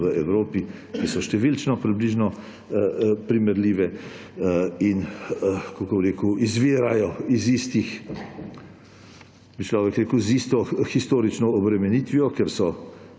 v Evropi, ki so številčno približno primerljive in izvirajo iz istih, bi človek rekel, z isto historično obremenitvijo, ker so